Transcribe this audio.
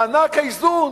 מענק האיזון